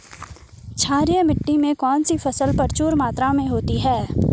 क्षारीय मिट्टी में कौन सी फसल प्रचुर मात्रा में होती है?